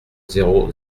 zéro